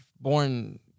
born